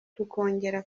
tukongera